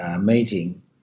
meeting